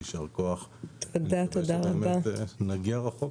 יישר כוח, ושנגיע רחוק.